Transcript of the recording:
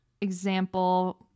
example